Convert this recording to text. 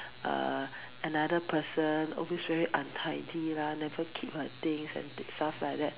uh another person always very untidy lah never keep her things and stuff like that